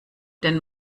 den